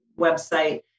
website